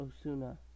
Osuna